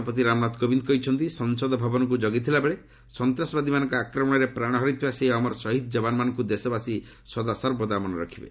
ରାଷ୍ଟ୍ରପତି ରାମନାଥ କୋବିନ୍ଦ କହିଛନ୍ତି ସଂସଦ ଭବନକୁ ଜଗିଥିବାବେଳେ ସନ୍ତାସବାଦୀମାନଙ୍କ ଆକ୍ରମଣରେ ପ୍ରାଣ ହରାଇଥିବା ସେହି ଅମର ସହିଦ ଯବାନମାନଙ୍କୁ ଦେଶବାସୀ ସଦାସର୍ବଦା ମନେରଖିବେ